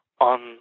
on